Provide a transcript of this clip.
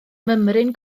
mymryn